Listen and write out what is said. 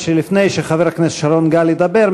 לפני שחבר הכנסת שרון גל ידבר,